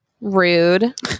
Rude